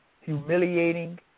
humiliating